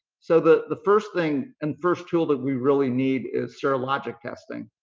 so the the first thing and first tool that we really need is serologic testing.